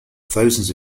thousands